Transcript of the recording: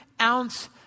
ounce